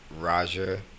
Raja